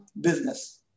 business